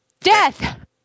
Death